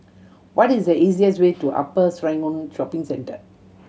what is the easiest way to Upper Serangoon Shopping Centre